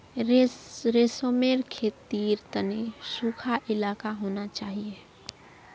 रेशमेर खेतीर तने सुखा इलाका होना चाहिए